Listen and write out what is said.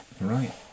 Right